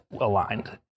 aligned